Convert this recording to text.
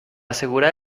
asegurar